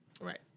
Right